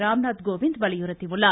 ராம்நாத் கோவிந்த் வலியுறுத்தியுள்ளார்